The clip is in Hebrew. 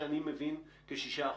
ככה אני מבין את זה.